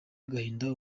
agahinda